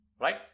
right